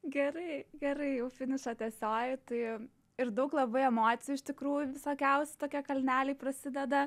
gerai gerai jau finišo tiesioji tai ir daug labai emocijų iš tikrųjų visokiausių tokie kalneliai prasideda